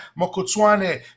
mokotswane